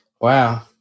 Wow